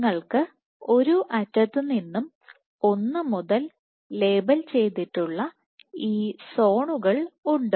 നിങ്ങൾക്ക് ഒരു അറ്റത്തുനിന്നും 1 മുതൽ ലേബൽ ചെയ്തിട്ടുള്ള ഈ സോണുകൾ ഉണ്ട്